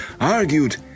argued